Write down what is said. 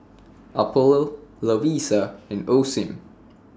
Apollo Lovisa and Osim